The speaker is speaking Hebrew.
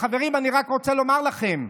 חברים, אני רק רוצה לומר לכם,